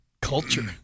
culture